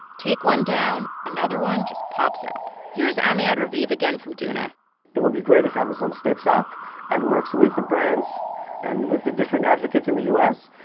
take one down. another one just pops up. here's amiad raviv again from doona it would be great if amazon steps up and works with the brands and with the different advocates in the u s.